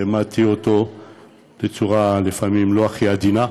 ולפעמים העמדתי אותו על דברים בצורה לא הכי עדינה,